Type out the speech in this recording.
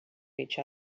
each